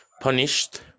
punished